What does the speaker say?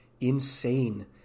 insane